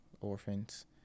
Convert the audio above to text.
orphans